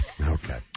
Okay